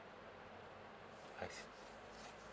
I see